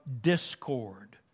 discord